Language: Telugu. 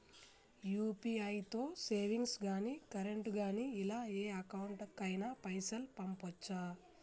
యూ.పీ.ఐ తో సేవింగ్స్ గాని కరెంట్ గాని ఇలా ఏ అకౌంట్ కైనా పైసల్ పంపొచ్చా?